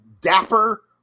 dapper